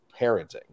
parenting